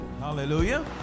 Hallelujah